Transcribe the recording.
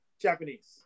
Japanese